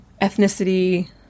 ethnicity